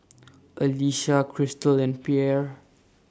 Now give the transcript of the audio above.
Alecia Crystal and Pierre